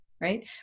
right